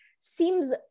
Seems